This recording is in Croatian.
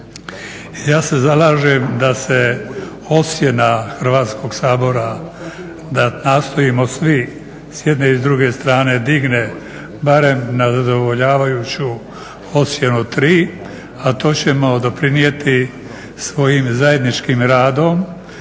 Ja se zalažem da se ocjena Hrvatskog sabora da nastojimo svi s jedne i druge strane digne barem na zadovoljavajući ocjenu 3, a to ćemo doprinijeti svojim zajedničkim radom